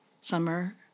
summer